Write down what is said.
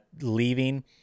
leaving